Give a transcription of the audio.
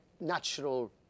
natural